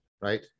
right